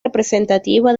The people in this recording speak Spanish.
representativa